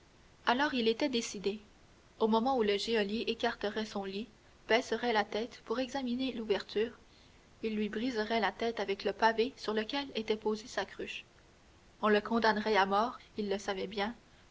alors il était décidé au moment où le geôlier écarterait son lit baisserait la tête pour examiner l'ouverture il lui briserait la tête avec le pavé sur lequel était posée sa cruche on le condamnerait à mort il le savait bien